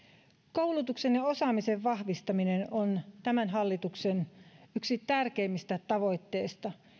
koulutuksen ja osaamisen vahvistaminen on tämän hallituksen yksi tärkeimmistä tavoitteista